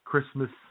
Christmas